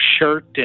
shirt